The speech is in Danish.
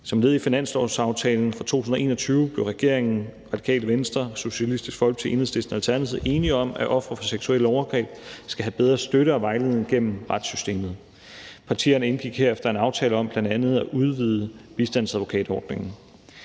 Som led i finanslovsaftalen for 2021 blev regeringen, Radikale Venstre, Socialistisk Folkeparti, Enhedslisten og Alternativet enige om, at ofre for seksuelle overgreb skal have bedre støtte og vejledning gennem retssystemet. Partierne indgik herefter en aftale om bl.a. at udvide bistandsadvokatordningen.